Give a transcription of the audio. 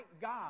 God